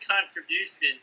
contribution